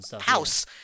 house